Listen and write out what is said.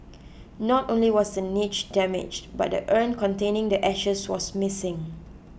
not only was the niche damaged but the urn containing the ashes was missing